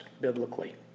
biblically